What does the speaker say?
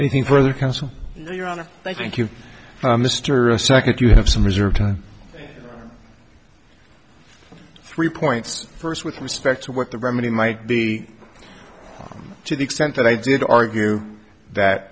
anything further counsel your honor thank you mr a second you have some reserve time three points first with respect to what the remedy might be to the extent that i did argue that